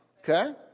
okay